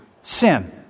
Sin